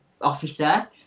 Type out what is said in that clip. officer